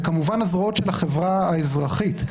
וכמובן הזרועות של החברה האזרחית.